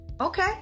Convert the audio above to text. Okay